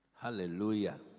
Hallelujah